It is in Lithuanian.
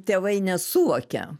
tėvai nesuvokia